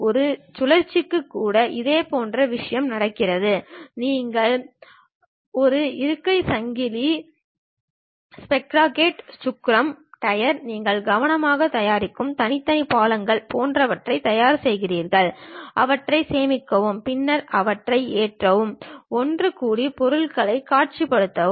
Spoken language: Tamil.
ஒரு சுழற்சிக்கு கூட இதேபோன்ற விஷயம் நடக்கிறது நீங்கள் ஒரு இருக்கை சங்கிலி ஸ்ப்ராக்கெட் சக்கரம் டயர் நீங்கள் கவனமாக தயாரிக்கும் தனித்தனி பாகங்கள் போன்றவற்றை தயார் செய்கிறீர்கள் அவற்றை சேமிக்கவும் பின்னர் அவற்றை ஏற்றவும் ஒன்றுகூடி பொருட்களைக் காட்சிப்படுத்தவும்